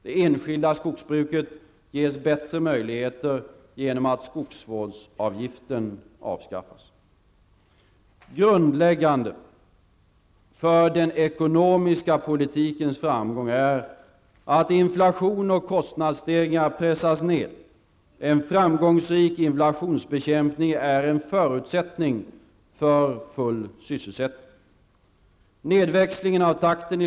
Det enskilda skogsbruket ges bättre möjligheter genom att skogsvårdsavgiften avskaffas. Grundläggande för den ekonomiska politikens framgång är att inflation och kostnadsstegringar pressas ned. En framgångsrik inflationsbekämpning är en förutsättning för full sysselsättning.